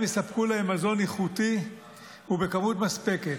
יספקו להם מזון איכותי ובכמות מספקת.